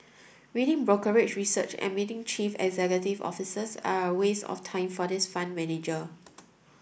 reading brokerage research and meeting chief executive officers are a waste of time for this fund manager